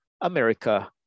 America